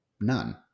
None